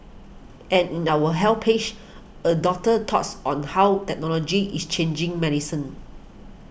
and in our Health page a doctor's thoughts on how technology is changing medicine